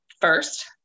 first